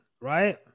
right